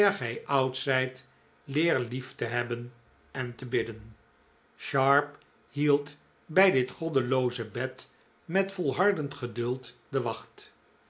oud zijt leer lief te hebben en te bidden sharp hield bij dit goddelooze bed met volhardend geduld de wacht